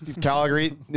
Calgary